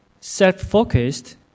self-focused